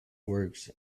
works